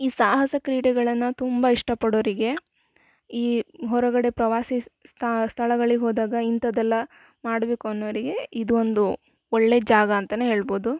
ಈ ಸಾಹಸ ಕ್ರೀಡೆಗಳನ್ನ ತುಂಬ ಇಷ್ಟ ಪಡೋರಿಗೆ ಈ ಹೊರಗಡೆ ಪ್ರವಾಸಿ ಸ್ಥಳಗಳಿಗೆ ಹೋದಾಗ ಇಂತದೆಲ್ಲಾ ಮಾಡಬೇಕು ಅನ್ನೋರಿಗೆ ಇದೊಂದು ಒಳ್ಳೆಯ ಜಾಗ ಅಂತಾನೆ ಹೇಳ್ಬೋದು